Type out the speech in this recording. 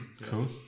Cool